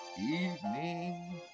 evening